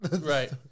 Right